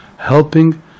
Helping